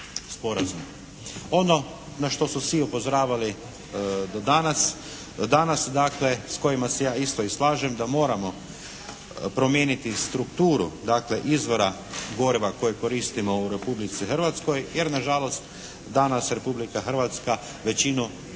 Ono na što su svi upozoravali do danas, danas dakle s kojima se ja isto i slažem da moramo promijeniti strukturu dakle izvora goriva koji koristimo u Republici Hrvatskoj jer na žalost danas Republika Hrvatska većinu